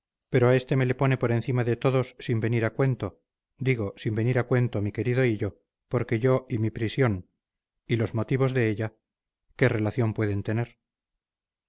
pero a este me le pone por encima de todos sin venir a cuento digo sin venir a cuento mi querido hillo porque yo y mi prisión y los motivos de ella qué relación pueden tener